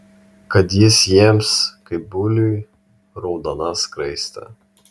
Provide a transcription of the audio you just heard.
kad jis jiems kaip buliui raudona skraistė